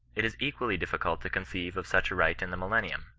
it is equally difficult to conceive of such a right in the millennium.